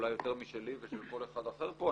אולי יותר משלי ושל כל אחד אחר פה,